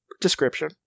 description